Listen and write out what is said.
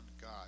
God